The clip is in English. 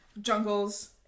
Jungles